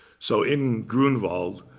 so in grunewald,